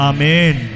Amen